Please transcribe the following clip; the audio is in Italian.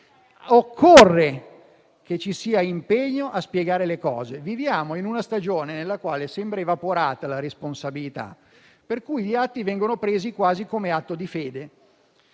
Occorre che ci sia impegno a spiegare le cose. Viviamo in una stagione nella quale sembra evaporata la responsabilità, per cui gli atti vengono presi quasi come atti di fede.